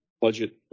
budget